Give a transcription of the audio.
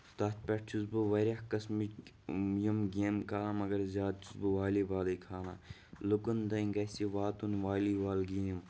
تتھ پٮ۪ٹھ چھُس بہٕ واریاہ قٔسمٕکۍ یِم گیمہٕ کران مَگر زیادٕ چھُس بہٕ والی بالٕے کھالان لُکن تانۍ گژھِ یہِ واتُن والی بال گیم